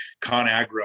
ConAgra